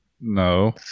No